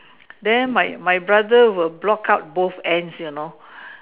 then my my brother will block out both ends you know